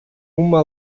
uma